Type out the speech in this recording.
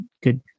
good